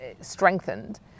strengthened